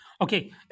Okay